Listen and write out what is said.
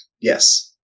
yes